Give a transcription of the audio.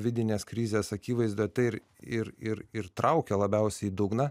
vidinės krizės akivaizdoj tai ir ir ir traukia labiausiai į dugną